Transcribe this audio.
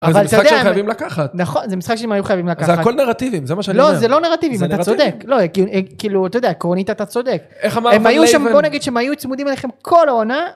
אבל זה משחק שהם חייבים לקחת. נכון, זה משחק שהם היו חייבים לקחת. זה הכל נרטיבים, זה מה שאני אומר. לא, זה לא נרטיבים, אתה צודק. לא, כאילו, אתה יודע, עקרונית, אתה צודק. הם היו שם, בוא נגיד, שהם היו צמודים אליכם כל העונה.